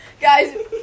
guys